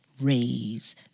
raise